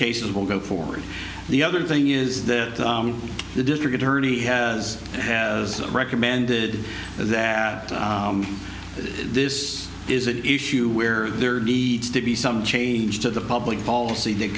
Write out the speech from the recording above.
cases will go forward the other thing is that the district attorney has has recommended that this is an issue where there are needs to be some change to the public policy that